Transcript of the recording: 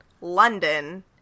London